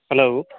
hello